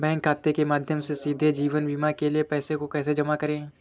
Bank खाते के माध्यम से सीधे जीवन बीमा के लिए पैसे को कैसे जमा करें?